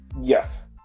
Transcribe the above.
Yes